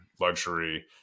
luxury